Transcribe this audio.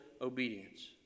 obedience